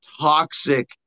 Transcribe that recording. toxic